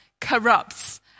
corrupts